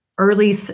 early